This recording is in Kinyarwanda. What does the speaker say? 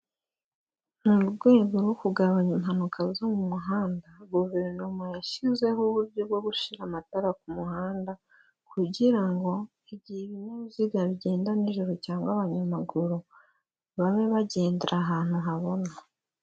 Mu rwego rwo kugabanya impanuka zo mu muhanda, guverinoma yashyizeho uburyo bwo gushyira amatara ku muhanda, kugira ngo igihe ibinyabiziga bigenda nijoro cyangwa abanyamaguru babe bagendera ahantu habona.